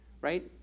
right